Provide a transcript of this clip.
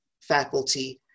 faculty